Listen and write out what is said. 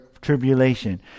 tribulation